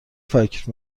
فکر